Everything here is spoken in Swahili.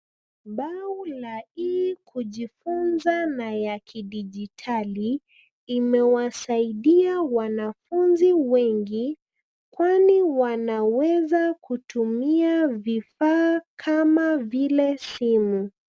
Bao la e-kujifunza na ya kidijitali imewasaidia wanafunzi wengi kwani wanaweza kutumia vifaa kama vile simu.